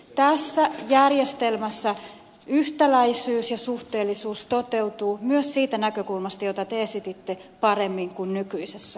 tässä järjestelmässä yhtäläisyys ja suhteellisuus toteutuvat myös siitä näkökulmasta jota te esititte paremmin kuin nykyisessä